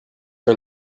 are